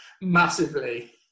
massively